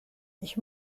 ich